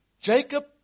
Jacob